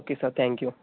okay sir thank you